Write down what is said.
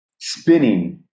spinning